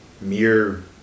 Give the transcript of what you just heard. mere